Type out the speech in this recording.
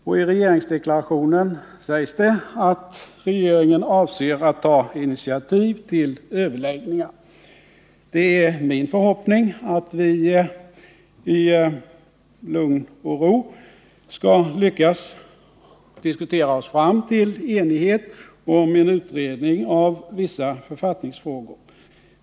Och i regeringsdeklarationen sägs det att regeringen avser att ta initiativ till överläggningar. Det är vår förhoppning att vi i lugn och ro skall lyckas diskutera oss fram till enighet om en utredning av vissa författningsfrågor.